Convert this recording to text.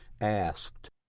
asked